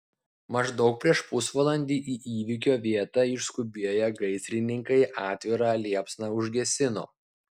maždaug prieš pusvalandį į įvykio vietą išskubėję gaisrininkai atvirą liepsną užgesino